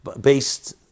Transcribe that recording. based